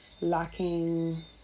lacking